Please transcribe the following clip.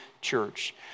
church